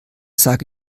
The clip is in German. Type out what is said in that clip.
sage